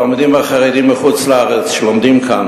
התלמידים החרדים מחוץ-לארץ שלומדים כאן,